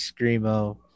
screamo